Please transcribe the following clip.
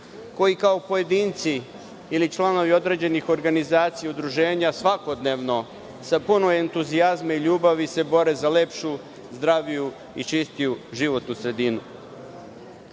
koji, kao pojedinci ili članovi određenih organizacija i udruženja, svakodnevno sa puno entuzijazma i ljubavi se bore za lepšu, zdraviju i čistiju životnu sredinu. Sa